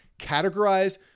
Categorize